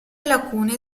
lacune